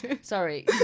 Sorry